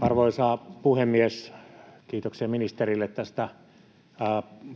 Arvoisa puhemies! Kiitoksia ministerille tästä